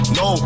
no